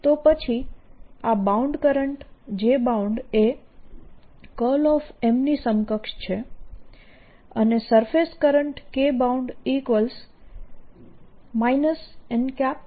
તો પછી આ બાઉન્ડ કરંટ jb એ M ની સમકક્ષ છે અને surface current kb n M છે